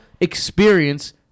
experience